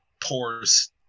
pours